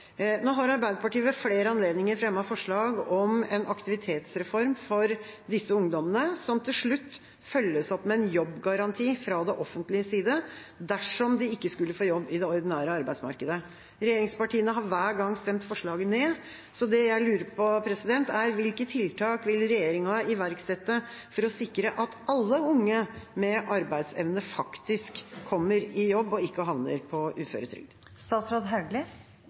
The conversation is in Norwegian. Nå har Arbeiderpartiet ved flere anledninger fremmet forslag om en aktivitetsreform for disse ungdommene, som til slutt følges opp med en jobbgaranti fra det offentliges side dersom de ikke skulle få jobb i det ordinære arbeidsmarkedet. Regjeringspartiene har hver gang stemt forslaget ned. Så det jeg lurer på, er hvilke tiltak regjeringa vil iverksette for å sikre at alle unge med arbeidsevne faktisk kommer i jobb og ikke havner på